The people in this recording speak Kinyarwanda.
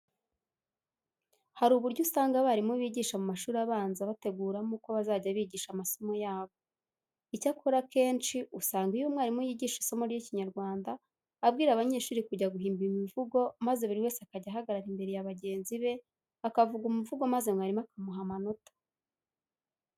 Hari uburyo usanga abarimu bigisha mu mashuri abanza bateguramo uko bazajya bigisha amasomo yabo. Icyakora akenshi, usanga iyo umwarimu yigisha isomo ry'Ikinyarwanda abwira abanyeshuri kujya guhimba imivugo maze buri wese akajya ahagarara imbere ya bagenzi be akavuga umuvugo maze mwarimu akamuha amanota.